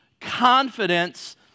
confidence